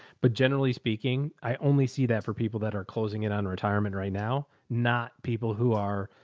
but generally speaking, i only see that for people that are closing in on retirement right now, not people who are.